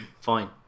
Fine